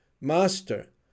Master